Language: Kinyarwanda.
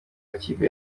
amakipe